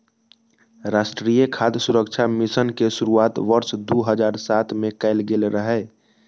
राष्ट्रीय खाद्य सुरक्षा मिशन के शुरुआत वर्ष दू हजार सात मे कैल गेल रहै